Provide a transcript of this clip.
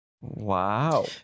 Wow